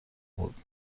بوده